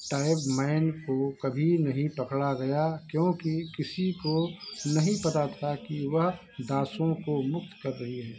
Tubman को कभी नहीं पकड़ा गया क्योंकि किसी को नहीं पता था कि वह दासों को मुक्त कर रही है